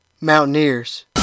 Mountaineers